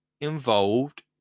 involved